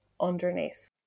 underneath